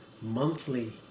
monthly